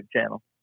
channel